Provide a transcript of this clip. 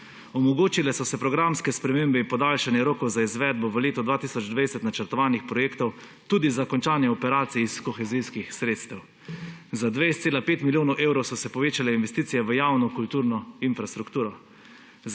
Omogočile so se programske spremembe in podaljšanje rokov za izvedbo v letu 2020 načrtovanih projektov, tudi za končanje operacij iz kohezijskih sredstev. Za 20,5 milijona evrov so se povečale investicije v javno, kulturno infrastrukturo.